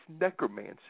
necromancy